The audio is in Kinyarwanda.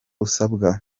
usabwa